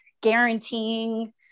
guaranteeing